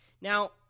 Now